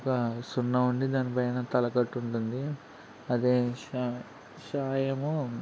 ఒక సున్నా ఉండి దానిపైన తలకట్టు ఉంటుంది అదే శ శ ఏమో